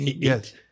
Yes